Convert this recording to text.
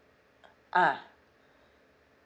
ah